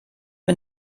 mir